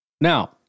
Now